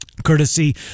Courtesy